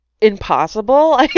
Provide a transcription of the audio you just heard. impossible